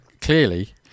clearly